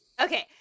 Okay